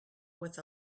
with